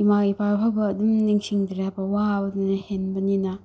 ꯏꯃꯥ ꯏꯄꯥ ꯐꯥꯎꯕ ꯑꯗꯨꯝ ꯅꯤꯡꯁꯤꯡꯗ꯭ꯔꯦꯕ ꯋꯥꯕꯗꯨꯅ ꯍꯦꯟꯕꯅꯤꯅ